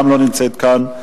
גם לא נמצאת כאן.